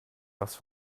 was